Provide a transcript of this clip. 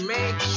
Make